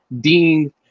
Dean